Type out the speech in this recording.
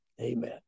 amen